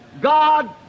God